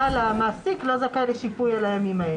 אבל המעסיק לא זכאי לשיפוי על הימים האלה.